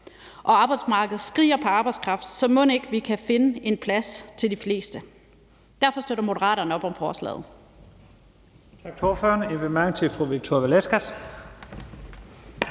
og arbejdsmarkedet skriger på arbejdskraft, så mon ikke vi kan finde en plads til de fleste? Derfor støtter Moderaterne forslaget.